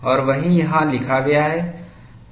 और वही यहाँ लिखा गया है